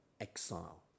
exile